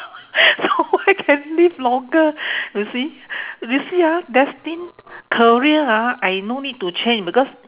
so I can live longer you see you see ah destined career ha I no need to change because